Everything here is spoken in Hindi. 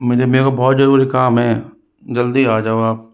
मुझे मेरे को बहुत ज़रूरी काम है जल्दी आ जाओ आप